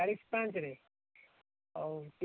ଚାଳିଶି ଟଙ୍କା ଭିତରେ ହଉ